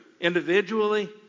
Individually